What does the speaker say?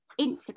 Instagram